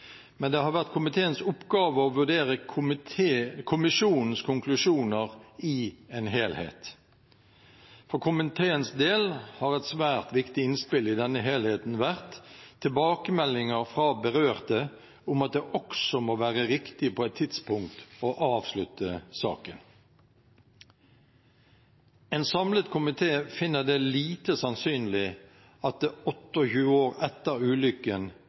men det har vært komiteens oppgave å vurdere kommisjonens konklusjoner i en helhet. For komiteens del har et svært viktig innspill i denne helheten vært tilbakemeldinger fra berørte om at det også må være riktig på et tidspunkt å avslutte saken. En samlet komité finner det lite sannsynlig at det 28 år etter ulykken